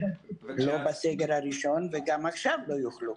גם בסגר הראשון וגם עכשיו לא יוכלו.